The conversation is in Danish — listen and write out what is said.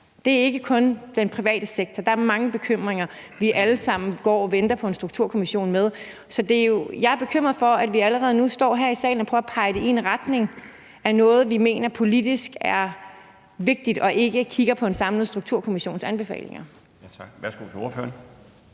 Det er ikke kun den private sektor; der er mange bekymringer, vi alle sammen går og venter på Sundhedsstrukturkommissionens anbefalinger til. Jeg er bekymret over, at vi allerede nu står her i salen og prøver at pege det i en retning af noget, vi mener politisk er vigtigt, og ikke kigger på en samlet Sundhedsstrukturkommissions anbefalinger.